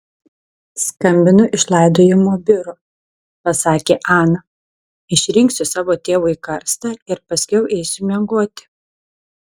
skambinu iš laidojimo biuro pasakė ana išrinksiu savo tėvui karstą ir paskiau eisiu miegoti